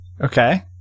Okay